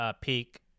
Peak